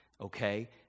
okay